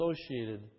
associated